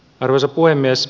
arvoisa puhemies